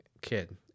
kid